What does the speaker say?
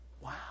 wow